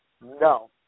No